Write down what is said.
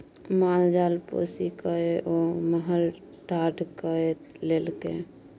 माल जाल पोसिकए ओ महल ठाढ़ कए लेलकै